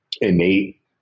innate